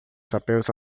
chapéus